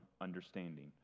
understanding